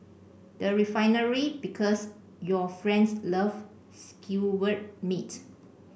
the Refinery Because your friends love skewered meat